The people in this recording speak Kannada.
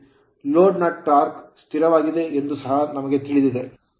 Load ಲೋಡ್ ನ torque ಟಾರ್ಕ್ ಸ್ಥಿರವಾಗಿದೆ ಎಂದು ಸಹ ನೀಡಲಾಗಿದೆ